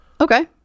Okay